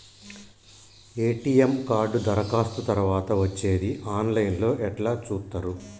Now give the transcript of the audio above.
ATM card దరఖాస్తు తరువాత వచ్చేది ఆన్ లైన్ లో ఎట్ల చూత్తరు?